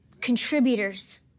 Contributors